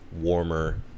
warmer